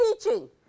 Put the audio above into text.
teaching